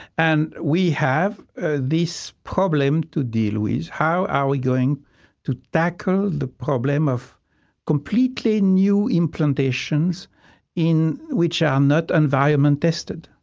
and we have ah this problem to deal with how are we going to tackle the problem of completely new implementations which are not environment tested?